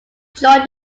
join